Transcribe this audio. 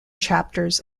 chapters